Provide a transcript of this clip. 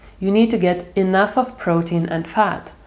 you need to get enough of protein and fat,